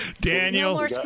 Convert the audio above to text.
Daniel